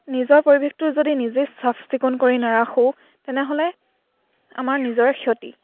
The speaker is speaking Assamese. নিজৰ পৰিৱেশটো যদি নিজেই চাফ চিকুণ কৰি নাৰাখোঁ তেনেহ'লে আমাৰ নিজৰে ক্ষতি